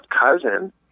cousin